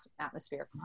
atmosphere